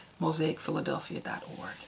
mosaicphiladelphia.org